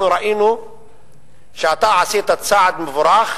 אנחנו ראינו שאתה עשית צעד מבורך